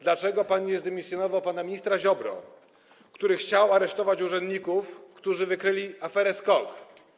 Dlaczego nie zdymisjonował pan pana ministra Ziobry, który chciał aresztować urzędników, którzy wykryli aferę SKOK?